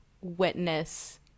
witness